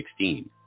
2016